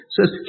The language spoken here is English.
says